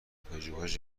پژوهش